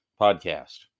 podcast